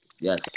Yes